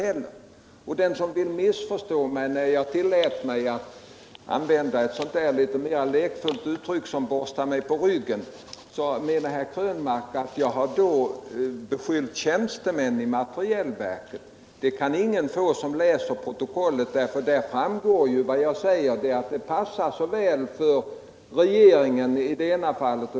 Den som så vill kan naturligtvis missförstå mig när jag använde det lite Ickfulla uttrycket ”Borsta mig på ryggen”. Herr Krönmark gör gällande att jag därmed skulle ha riktat beskyllningar mot tjänstemän i materielverket. Den uppfattningen kan ingen som läser protokollet få. Där står vad jag har sagt, att det passar såväl regeringen som företagen.